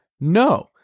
No